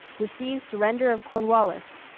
receives surrender of cornwallis.